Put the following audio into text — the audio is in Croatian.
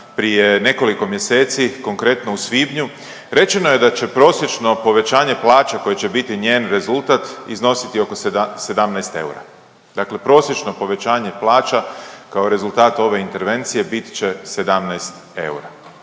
prije nekoliko mjeseci, konkretno u svibnju, rečeno je da će prosječno povećanje plaća koje će biti njen rezultat iznositi oko 17 eura. Dakle, prosječno povećanje plaća kao rezultat ove intervencije bit će 17 eura.